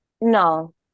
No